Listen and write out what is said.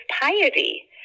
piety